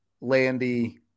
Landy